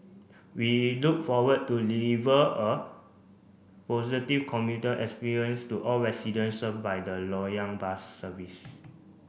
we look forward to deliver a positive commuter experience to all residents served by the Loyang bus services